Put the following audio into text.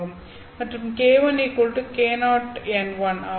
மற்றும் k1 k0n1 ஆகும்